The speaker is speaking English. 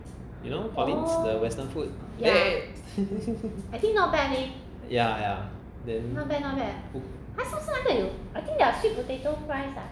you know Collin's the western food eh eh yeah yeah